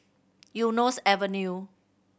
Eunos Avenue